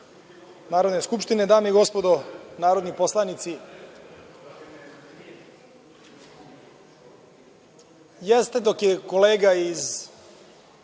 Narodne skupštine. Dame i gospodo narodni poslanici, jeste da je dok je kolega iz